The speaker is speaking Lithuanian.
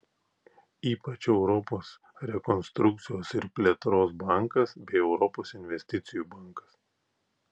ypač europos rekonstrukcijos ir plėtros bankas bei europos investicijų bankas